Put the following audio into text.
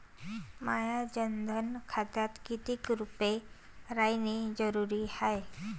माह्या जनधन खात्यात कितीक रूपे रायने जरुरी हाय?